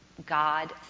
God